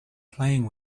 playing